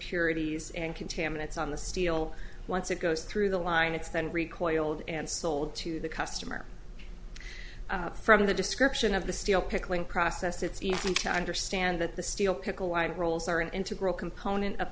urities and contaminants on the steel once it goes through the line it's then recoiled and sold to the customer from the description of the steel pickling process it's easy to understand that the steel pickle wind roles are an integral component of